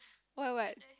why what